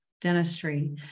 dentistry